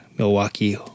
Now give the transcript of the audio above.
Milwaukee